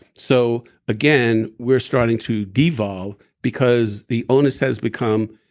so again, we're starting to devolve because the onus has become,